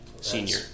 senior